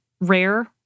rare